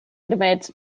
admits